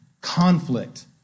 conflict